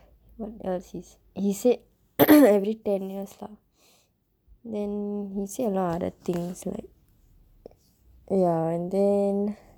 what else he said he said every ten years lah then he said a lot other things like ya and then